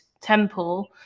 temple